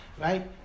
right